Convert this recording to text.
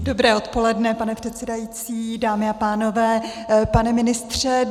Dobré odpoledne, pane předsedající, dámy a pánové, pane ministře.